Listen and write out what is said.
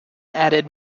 added